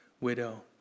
widow